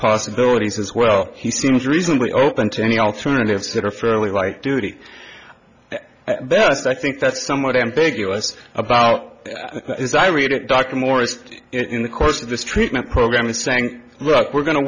possibilities as well he seems reasonably open to any alternatives that are fairly light duty that's i think that's somewhat ambiguous about this i read it dr morris in the course of this treatment program and saying look we're going to